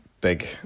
big